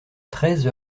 treize